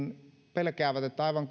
pelkäävät että aivan